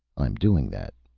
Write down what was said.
i'm doing that.